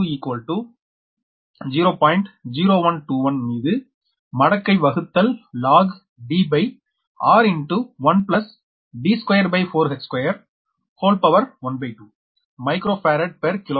0121 மீது மடக்கை வகுத்தல் log Dr1 D24h212 micro farad per kilometre r 0